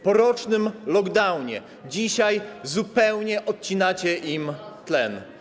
Po rocznym lockdownie dzisiaj zupełnie odcinacie im tlen.